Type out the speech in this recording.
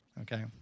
okay